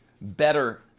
better